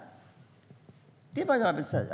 Det är det jag vill säga.